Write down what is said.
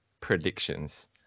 predictions